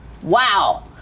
Wow